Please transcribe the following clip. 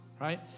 right